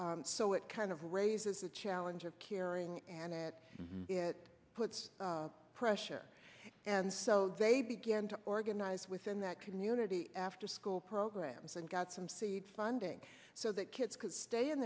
school so it kind of raises the challenge of caring and it puts pressure and so they began to organize within that community afterschool programs and got some seed funding so that kids could stay in